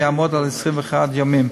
ויעמוד על 21 ימים.